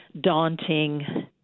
daunting